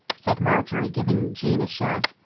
said marjory, giving jean a shove.